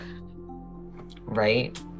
Right